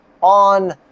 on